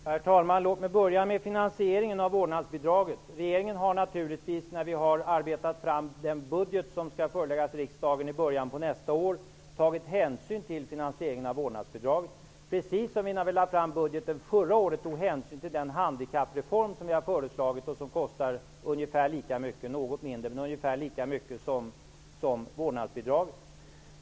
Herr talman! Låt mig börja med finansieringen av vårdnadsbidraget. Regeringen har naturligtvis, när vi har arbetat fram den budget som skall föreläggas riksdagen i början av nästa år, tagit hänsyn till finansieringen av vårdnadsbidraget, precis som vi när vi lade fram budgeten förra året tog hänsyn till den handikappreform som vi hade förslagit och som kostade ungefär lika mycket som vårdnadsbidraget.